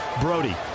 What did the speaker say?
Brody